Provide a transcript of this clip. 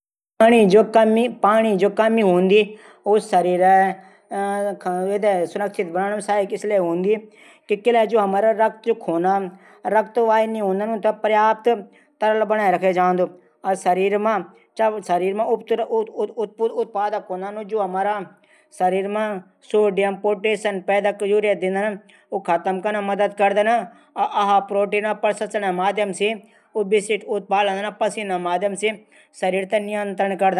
पाणी जू कमी हूदी शरीर थै सुरक्षित रखणै जू हमर रक्तवाहिनियां थै तरल बणै रखदना जु शरीर मा उत्पादक हूंदा शरीर मा सोडियम पोटेशियम पैदा करदा ऊ खत्म कन म मदद करदन और पसीना माध्यम से पूरा करदन